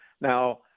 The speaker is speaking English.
Now